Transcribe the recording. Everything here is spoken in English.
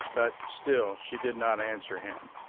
but still she did not answer him.